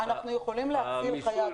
אנחנו יכולים להציל חיי אדם.